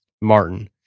Martin